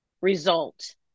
result